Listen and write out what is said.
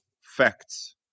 facts